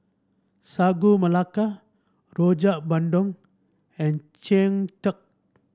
Sagu Melaka Rojak Bandung and Cheng Tng